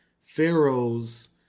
pharaohs